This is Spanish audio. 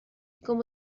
como